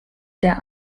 der